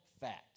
fact